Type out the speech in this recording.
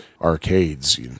arcades